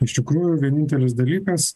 iš tikrųjų vienintelis dalykas